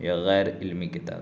یا غیر علمی کتابیں